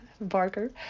Barker